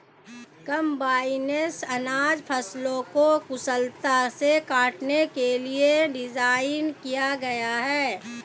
combines अनाज फसलों को कुशलता से काटने के लिए डिज़ाइन किया गया है